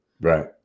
Right